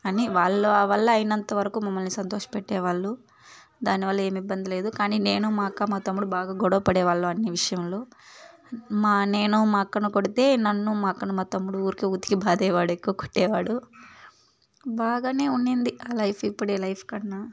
అని వాళ్ళ వల్ల అయినంతవరకు మమ్మల్ని సంతోష్ పెట్టే వాళ్ళు దాని వల్ల ఏమి ఇబ్బంది లేదు కానీ నేను మా అక్క మా తమ్ముడు బాగా గొడవపడే వాళ్ళం అన్ని విషయంలో మా నేను మా అక్కను కొడితే నన్ను మా అక్కను మా తమ్ముడు ఊరికే ఉతికి బాధేవాడు ఎక్కువ కొట్టేవాడు బాగానే ఉండింది ఆ లైఫ్ ఇప్పుడీ లైఫ్ కన్నా